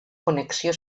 connexió